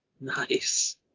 Nice